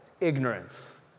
ignorance